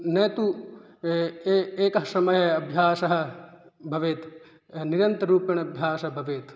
न तु ए एकः समयः अभ्यासः भवेत् निरन्तररूपेण अभ्यासः भवेत्